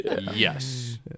Yes